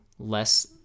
less